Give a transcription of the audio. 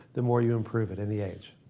the more you improve at any age.